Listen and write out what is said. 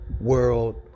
world